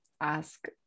ask